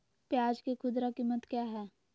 प्याज के खुदरा कीमत क्या है?